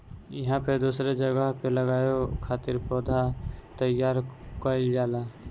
इहां पे दूसरी जगह पे लगावे खातिर पौधा तईयार कईल जाला